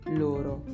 loro